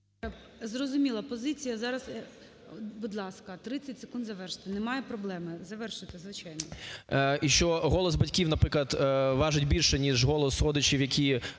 Зрозуміла позиція. Зараз, будь ласка, 30 секунд завершити, немає проблеми, завершуйте, звичайно. 13:56:26 ЛЕВЧЕНКО Ю.В. І що голос батьків, наприклад, важить більше ніж голос родичів, які